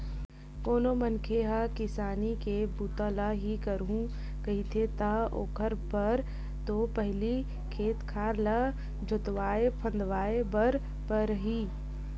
कोनो मनखे ह किसानी के बूता ल ही करहूं कइही ता ओखर बर तो पहिली खेत खार ल जोतवाय फंदवाय बर परही